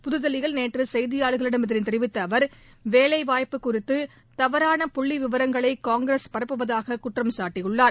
புதுதில்லியில் நேற்று செய்தியாளர்களிடம் இதனைத் தெரிவித்த அவர் வேலைவாய்ப்பு குறித்து தவறான புள்ளி விவரங்களை காங்கிரஸ் பரப்புவதாக குற்றம் சாட்டினார்